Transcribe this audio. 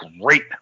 great